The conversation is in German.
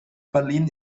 berlin